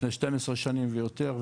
לפני 12 שנים ויותר,